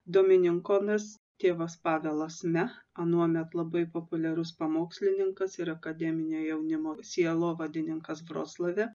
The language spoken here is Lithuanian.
dominikonas tėvas pavelas me anuomet labai populiarus pamokslininkas ir akademinio jaunimo sielovadininkas vroclave